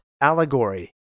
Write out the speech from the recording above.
allegory